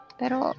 pero